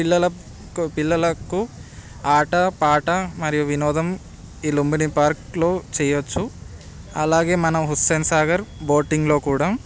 పిల్లల పిల్లలకు ఆటపాట మరియు వినోదం ఈ లుంబిని పార్క్లో చేయవచ్చు అలాగే మనం హుస్సేన్ సాగర్ బోటింగ్లో కూడా